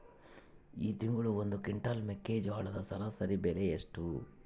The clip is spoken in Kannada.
ಈ ತಿಂಗಳ ಒಂದು ಕ್ವಿಂಟಾಲ್ ಮೆಕ್ಕೆಜೋಳದ ಸರಾಸರಿ ಬೆಲೆ ಎಷ್ಟು?